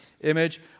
image